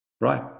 Right